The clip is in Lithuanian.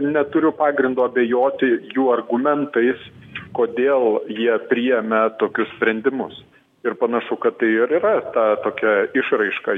neturiu pagrindo abejoti jų argumentais kodėl jie priėmė tokius sprendimus ir panašu kad tai ir yra ta tokia išraiška